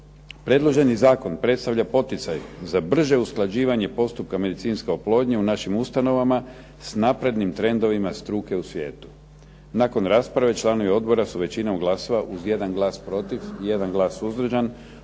Predloženi Zakon predstavlja poticaj za brže usklađivanje postupka medicinske oplodnje u našim ustanovama s naprednim trendovima struke u svijetu. Nakon rasprave članovi Odbora u većinom glasova uz jedan glas proti, jedan glas suzdržan